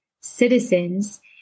citizens